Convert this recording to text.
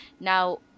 Now